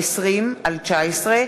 פ/2920/19,